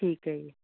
ਠੀਕ ਹੈ ਜੀ